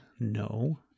no